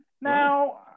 Now